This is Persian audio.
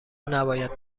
نباید